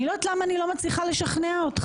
אני לא יודעת למה אני לא מצליחה לשכנע אותך.